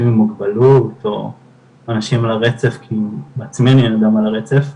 עם מוגבלות או אנשים על הרצף כי בעצמי אני גם על הרצף,